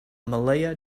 malaya